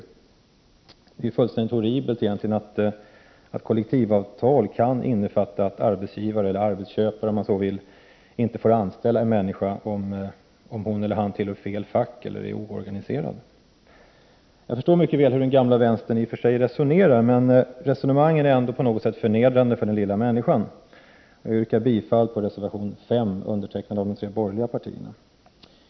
Det är egentligen fullständigt horribelt att kollektivavtal kan innefatta att arbetsgivare — eller arbetsköpare, om man så vill — inte får anställa en person om han eller hon tillhör ”fel” fackförening eller är oorganiserad. Jag förstår i och för sig mycket väl hur den gamla vänstern resonerar, men på något sätt är resonemangen förnedrande för den lilla människan. Jag yrkar bifall till reservation 5, undertecknad av de tre borgerliga partierna.